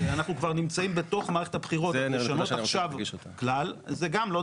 זה יותר